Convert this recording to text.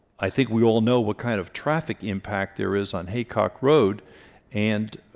i think we all know what kind of traffic impact there is on haycock road and